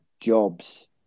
jobs